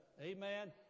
Amen